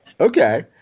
Okay